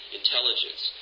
intelligence